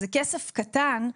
זה כסף קטן,